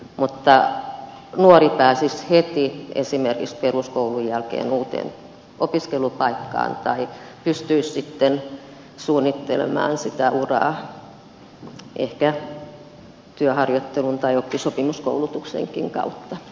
mutta tärkeää on että nuori pääsisi heti esimerkiksi peruskoulun jälkeen uuteen opiskelupaikkaan tai pystyisi sitten suunnittelemaan sitä uraa ehkä työharjoittelun tai oppisopimuskoulutuksenkin kautta